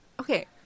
Okay